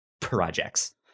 projects